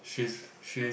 she's she is